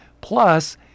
Plus